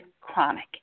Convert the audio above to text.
chronic